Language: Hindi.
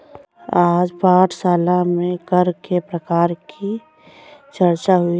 आज पाठशाला में कर के प्रकार की चर्चा हुई